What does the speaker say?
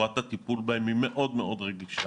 צורת הטיפול בהם היא מאוד מאוד רגישה,